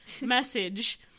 Message